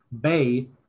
Bay